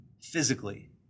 physically